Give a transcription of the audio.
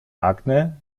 akne